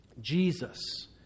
Jesus